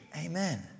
Amen